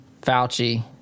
fauci